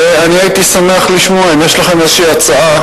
והייתי שמח לשמוע אם יש לכם איזו הצעה